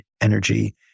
energy